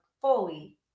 fully